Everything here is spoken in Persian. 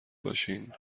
باشین